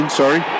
sorry